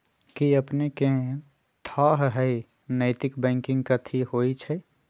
कि अपनेकेँ थाह हय नैतिक बैंकिंग कथि होइ छइ?